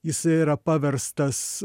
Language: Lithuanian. jisai yra paverstas